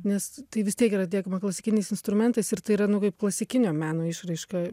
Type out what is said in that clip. nes tai vis tiek yra atliekama klasikiniais instrumentais ir tai yra nu kaip klasikinio meno išraiška